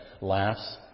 laughs